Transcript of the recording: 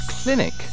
Clinic